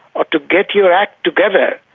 or to get your act together,